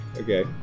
okay